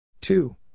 Two